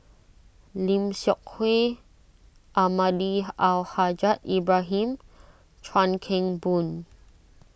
Lim Seok Hui Almahdi Al Haj Ibrahim Chuan Keng Boon